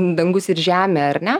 dangus ir žemė ar ne